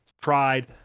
tried